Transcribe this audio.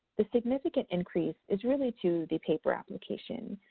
the significant increase is really to the paper applications.